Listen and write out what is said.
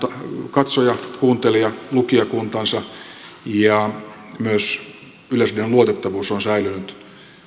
katsoja kuuntelija ja lukijakuntansa ja myös yleisradion luotettavuus on säilynyt